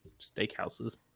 steakhouses